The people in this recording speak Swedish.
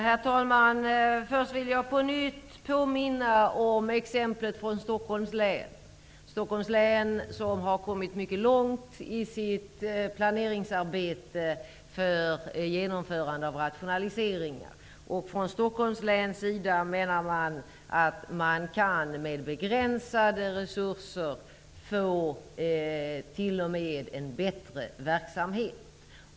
Herr talman! Först vill jag på nytt påminna om exemplet från Stockholms län. Stockholms län har kommit mycket långt i sitt planeringsarbete när det gäller genomförande av rationaliseringar. Från Stockholms läns sida menar man att man med begränsade resurser t.o.m. kan få en bättre verksamhet.